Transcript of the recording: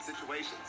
situations